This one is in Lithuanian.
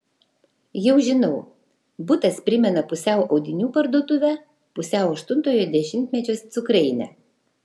jau žinau butas primena pusiau audinių parduotuvę pusiau aštuntojo dešimtmečio cukrainę